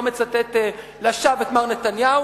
לא מצטט לשווא את מר נתניהו,